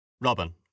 Robin